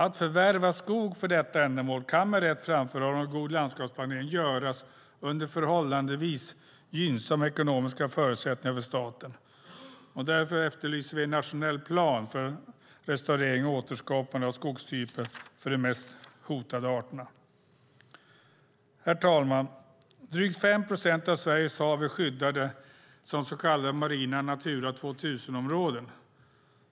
Att förvärva skog för detta ändamål kan med rätt framförhållning och god landskapsplanering göras under förhållandevis gynnsamma ekonomiska förutsättningar för staten. Därför efterlyser vi en nationell plan för restaurering och återskapande av skogstyper för de mest hotade arterna. Herr talman! Drygt 5 procent av Sveriges hav är skyddade som så kallade marina Natura 2000-områden.